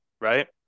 right